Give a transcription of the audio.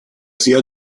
sia